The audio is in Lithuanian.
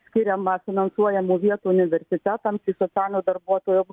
skiriama finansuojamų vietų universitetams į socialinio darbuotojo